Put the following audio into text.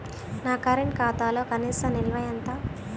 నా కరెంట్ ఖాతాలో కనీస నిల్వ ఎంత?